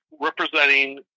representing